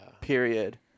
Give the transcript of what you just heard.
Period